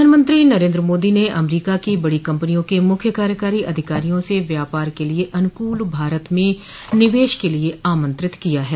प्रधानमंत्री नरेंद्र मोदी ने अमरीका की बड़ी कंपनियों के मुख्य कार्यकारी अधिकारियों से व्यापार के लिए अनुकूल भारत में निवेश के लिए आमंत्रित किया है